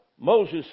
Moses